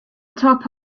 top